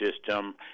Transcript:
system